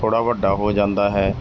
ਥੋੜ੍ਹਾ ਵੱਡਾ ਹੋ ਜਾਂਦਾ ਹੈ